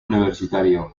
universitario